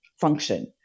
function